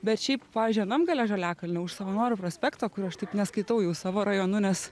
bet šiaip pavyzdžiui anam gale žaliakalnio už savanorių prospekto kur aš taip neskaitau jau savo rajonu nes